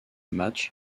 match